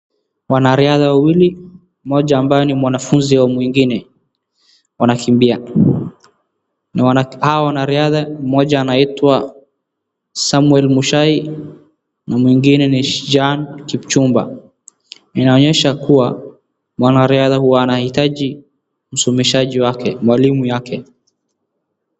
Wanariadha wawili, mmoja akiwa ni mwanafunzi wa mwingine, wanakimbia ni wa, hawa wanariadha mmoja anaitwa Samuel Mushai na mwingine ni Jean Kipchumba, inaonyesha kua mwanariadha huyu anahitaji msomesaji wake, mwalimu yake.